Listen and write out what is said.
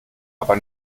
aber